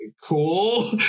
cool